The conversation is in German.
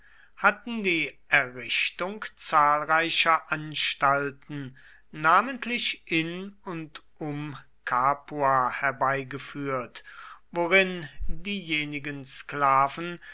hatten die errichtung zahlreicher anstalten namentlich in und um capua herbeigeführt worin diejenigen sklaven